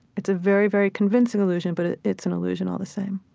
it's a very, very convincing illusion, but ah it's an illusion all the same